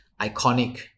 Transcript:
iconic